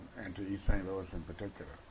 and to east st. louis in particular.